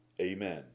Amen